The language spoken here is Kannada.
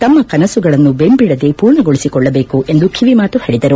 ತಮ್ನ ಕನಸುಗಳನ್ನು ಬೆಂಬಿಡದೇ ಪೂರ್ಣಗೊಳಿಸಿಕೊಳ್ಳಬೇಕು ಎಂದು ಕಿವಿಮಾತು ಹೇಳಿದರು